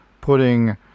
putting